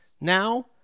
Now